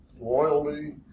loyalty